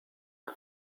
her